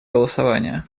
голосование